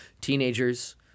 Teenagers